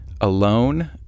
alone